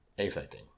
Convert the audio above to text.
Affecting